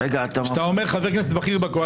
כשאתה אומר חבר כנסת בכיר בקואליציה.